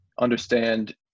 understand